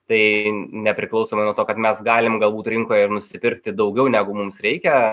tai nepriklausomai nuo to kad mes galim galbūt rinkoje ir nusipirkti daugiau negu mums reikia